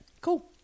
Cool